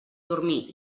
dormir